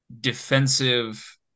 defensive